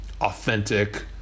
Authentic